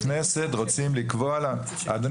אז ככל שזה מגיע למדיניות,